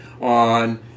on